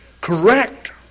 correct